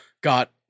got